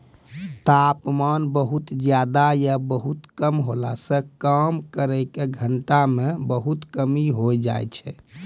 तापमान बहुत ज्यादा या बहुत कम होला सॅ काम करै के घंटा म बहुत कमी होय जाय छै